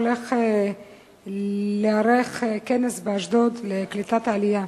עומד להיערך באשדוד כנס לקליטת העלייה.